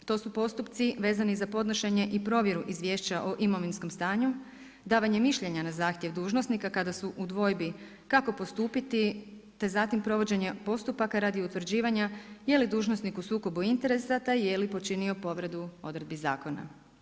To su postupci vezani za podnošenje i provjeru Izvješća o imovinskom stanju, davanje mišljenja na zahtjev dužnosnika kada su u dvojbi kako postupiti te zatim provođenje postupaka radi utvrđivanja je li dužnosnik u sukobu interese te je li počinio povredu odredbi zakona.